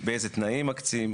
באיזה תנאים מקצים.